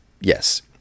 yes